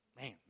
man